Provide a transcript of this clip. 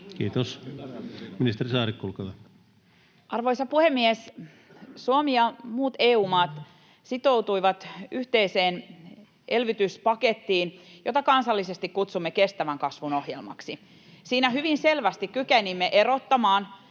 kok) Time: 16:44 Content: Arvoisa puhemies! Suomi ja muut EU-maat sitoutuivat yhteiseen elvytyspakettiin, jota kansallisesti kutsumme kestävän kasvun ohjelmaksi. Siinä hyvin selvästi kykenimme erottamaan